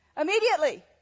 Immediately